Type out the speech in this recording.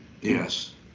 Yes